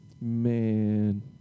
Man